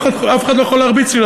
ואף אחד לא יכול להרביץ לי,